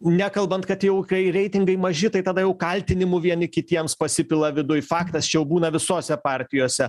nekalbant kad jau kai reitingai maži tai tada jau kaltinimų vieni kitiems pasipila viduj faktas čia jau būna visose partijose